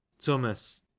Thomas